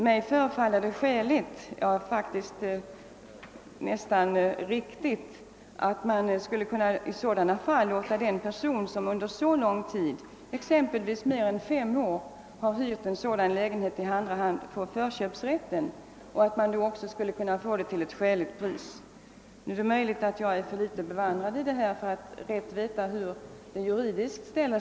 Mig förefaller det riktigt att man i sådana fall låter en person som under lång tid, exempelvis mer än fem år, hyrt lägenheten i andra hand, också får förköpsrätten, och att det då också blir till ett skäligt pris. Nu är det möjligt att jag är för litet bevandrad i saken för att kunna bedöma den juridiskt.